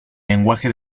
lenguaje